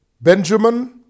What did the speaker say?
Benjamin